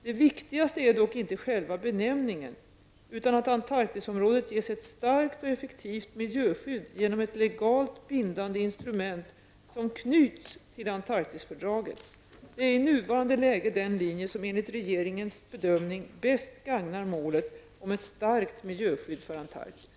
Det viktigaste är dock inte själva benämningen utan att Antarktisområdet ges ett starkt och effektivt miljöskydd genom ett legalt bindande instrument som knyts till Antarktisfördraget. Det är i nuvarande läge den linje som enligt regeringens bedömning bäst gagnar målet om ett starkt miljöskydd för Antarktis.